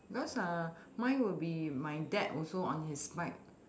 because uh mine will be my dad also on his bike